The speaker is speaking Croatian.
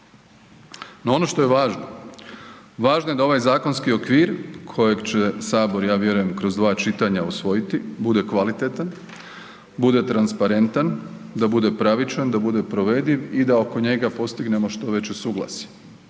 No ono što je važno, važno je da ovaj zakonski okvir kojeg će Sabor, ja vjerujem kroz dva čitanja usvojiti, bude kvalitetan, bude transparentan, da bude pravičan, da bude provediv i da oko njega postignemo što veće suglasje.